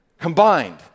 combined